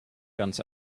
ganz